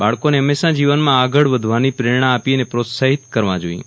બાળકોને હંમેશા જીવનમાં આગળ વધવાની પ્રેરણા આપી અને પ્રોત્સાહિત કરવા જોઇએ